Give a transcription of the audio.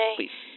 please